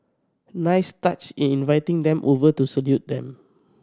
nice touch in inviting them over to salute them